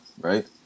right